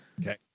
Okay